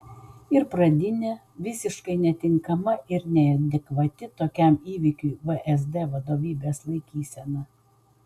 ir pradinė visiškai netinkama ir neadekvati tokiam įvykiui vsd vadovybės laikysena